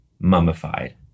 mummified